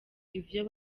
ivyo